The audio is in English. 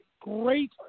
great